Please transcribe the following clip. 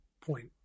point